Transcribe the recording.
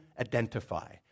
identify